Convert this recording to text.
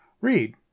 Read